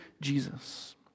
Jesus